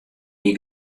wie